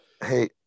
Hey